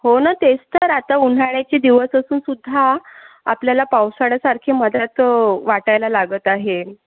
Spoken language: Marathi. हो ना तेच तर आता उन्हाळ्याचे दिवस असूनसुद्धा आपल्याला पावसाळ्यासारखे मधात वाटायला लागत आहे